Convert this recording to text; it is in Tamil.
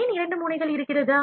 ஏன் இரண்டு முனைகள் இருக்கிறது